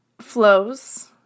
flows